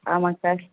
ஆமாங்க சார்